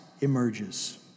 emerges